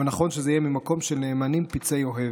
אבל נכון שזה יהיה ממקום של "נאמנים פצעי אוהב".